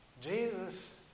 Jesus